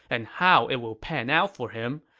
and how it will pan out for him,